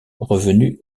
revenu